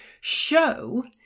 show